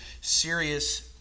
serious